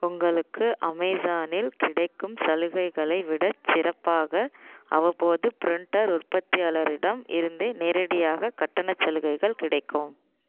உங்களுக்கு அமேசானில் கிடைக்கும் சலுகைகளை விடச் சிறப்பாக அவ்வப்போது பிரிண்டர் உற்பத்தியாளரிடம் இருந்தே நேரடியாகக் கட்டணச் சலுகைகள் கிடைக்கும்